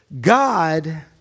God